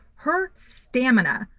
her stamina.